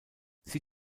sie